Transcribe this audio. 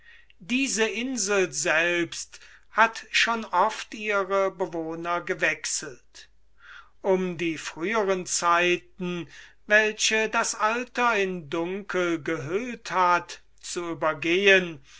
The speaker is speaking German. diese insel selbst hat schon oft ihre bewohner gewechselt um die früheren zeiten welche das alter in dunkel gehüllt hat zu übergehen